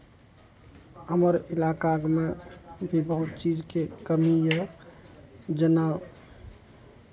हमर इलाकामे ई बहुत चीजके कमी यए जेना